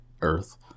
Earth